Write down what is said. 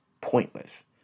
pointless